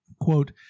Quote